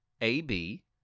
A-B